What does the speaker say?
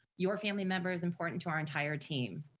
your family member is important to our entire team.